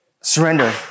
surrender